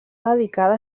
dedicada